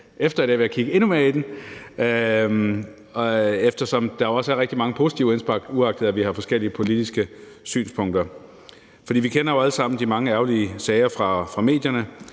efter i dag vil jeg kigge endnu mere i den, eftersom der også er rigtig mange positive indspark, uagtet at vi har forskellige politiske synspunkter. Vi kender alle sammen de mange ærgerlige sager fra medierne: